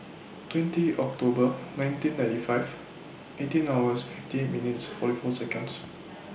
twenty October nineteen ninety five eighteen hours fifty minutes forty four Seconds